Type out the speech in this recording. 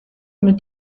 mit